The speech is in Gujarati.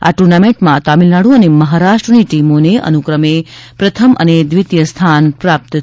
આ ટુર્નામેન્ટમાં તામિલનાડુ અને મહારાષ્ટ્રની ટીમોને અનુક્રમે પ્રથમ અને દ્વિતીય સ્થાન પ્રાપ્ત કર્યું છે